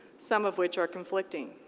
some of which are conflicting.